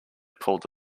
pulled